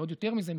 ועוד יותר מזה,